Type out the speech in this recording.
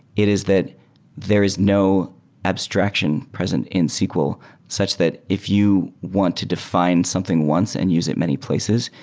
it is that there is no abstraction present in sql such that if you want to defi ne something once and use it many places,